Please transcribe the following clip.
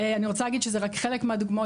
אני רוצה להגיד שזה רק חלק מהדוגמאות,